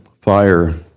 fire